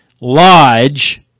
lodge